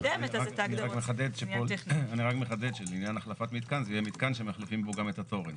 אני רק מחדד שלעניין החלפת מתקן זה יהיה מתקן שמחליפים בו גם את התורן.